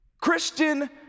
Christian